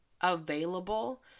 available